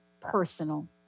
personal